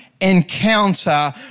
encounter